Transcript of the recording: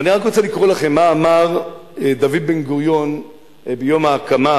ואני רק רוצה לקרוא לכם מה אמר דוד בן-גוריון ביום ההקמה,